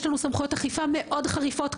יש לנו סמכויות אכיפה מאוד חריפות,